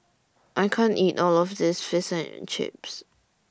I can't eat All of This Fish and Chips